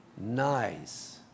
nice